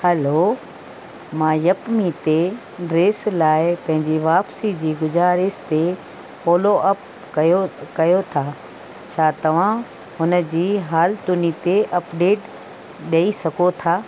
हलो मां यपमी ते ड्रेस लाइ पंहिंजी वापसी जी गुज़ारिश ते फॉलोअप कयो कयो था छा तव्हां हुन जी हालतुनि ते अपडेट ॾेई सघो था